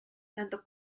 tanto